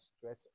stress